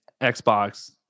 Xbox